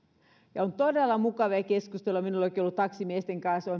on todella mukavia keskusteluja minullakin ollut taksimiesten kanssa